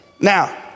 Now